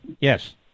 Yes